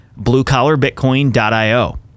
bluecollarbitcoin.io